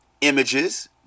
images